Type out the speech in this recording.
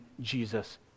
Jesus